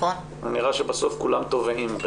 נראה שבסוף כולם טובעים,